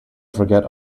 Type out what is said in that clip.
forget